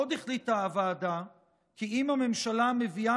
עוד החליטה הוועדה כי אם הממשלה מביאה